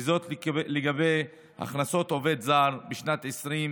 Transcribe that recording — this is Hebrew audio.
וזאת לגבי הכנסת עובד זר בשנת 2022